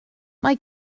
mae